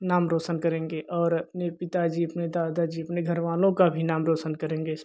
नाम रौशन करेंगे और अपने पिताजी अपने दादाजी अपने घर वालों का भी नाम रौशन करेंगे इसमें